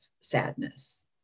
sadness